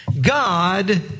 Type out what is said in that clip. God